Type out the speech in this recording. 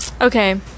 Okay